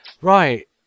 Right